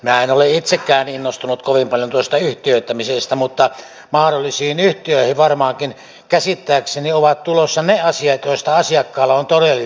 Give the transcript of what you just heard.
minä en ole itsekään innostunut kovin paljon tuosta yhtiöittämisestä mutta mahdollisiin yhtiöihin varmaankin käsittääkseni ovat tulossa ne asiat joista asiakkaalla on todellinen valinnanvapaus